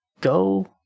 Go